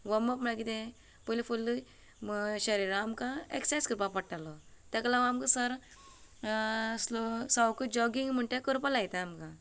warm up म्हळ्यार कितें पयली फुल्ल शरिराक आमकां एक्सर्सायज करपाक पडटालो तेका लागून आमकां सर स्लो सवकां जॉगींग म्हणटा ते करपाक लायतालो आमकां